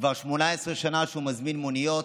כבר 18 שנה הוא מזמין מוניות,